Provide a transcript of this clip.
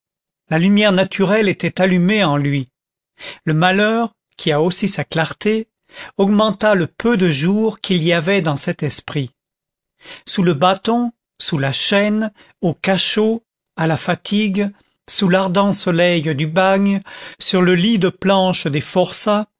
la lumière naturelle était allumée en lui le malheur qui a aussi sa clarté augmenta le peu de jour qu'il y avait dans cet esprit sous le bâton sous la chaîne au cachot à la fatigue sous l'ardent soleil du bagne sur le lit de planches des forçats